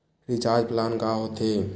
Recharge plan का होथे?